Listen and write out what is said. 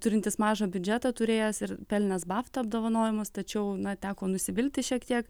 turintis mažą biudžetą turėjęs ir pelnęs babtų apdovanojimus tačiau na teko nusivilti šiek tiek